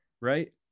right